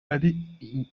ari